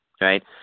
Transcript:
right